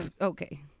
Okay